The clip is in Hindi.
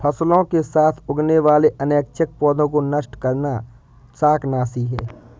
फसलों के साथ उगने वाले अनैच्छिक पौधों को नष्ट करना शाकनाशी है